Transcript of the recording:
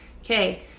Okay